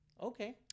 Okay